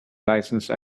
license